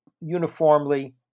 uniformly